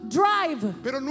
drive